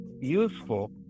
useful